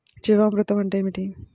జీవామృతం అంటే ఏమిటి?